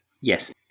Yes